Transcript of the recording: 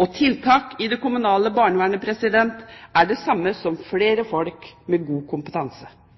Med tiltak i det kommunale barnevernet menes flere folk med god kompetanse.